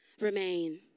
remain